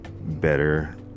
better